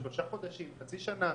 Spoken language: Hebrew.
שלושה חודשים או חצי שנה.